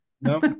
No